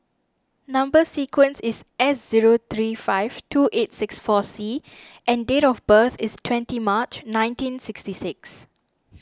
Number Sequence is S zero three five two eight six four C and date of birth is twenty March nineteen sixty six